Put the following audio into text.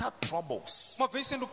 troubles